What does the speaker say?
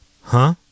Huh